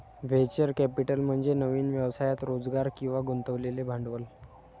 venture capital म्हणजे नवीन व्यवसायात रोजगार किंवा गुंतवलेले भांडवल